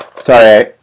Sorry